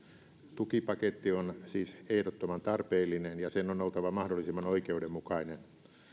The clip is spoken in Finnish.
tukipaketti on siis ehdottoman tarpeellinen ja sen on oltava mahdollisimman oikeudenmukainen